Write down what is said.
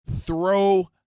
throw